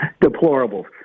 Deplorable